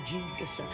Jesus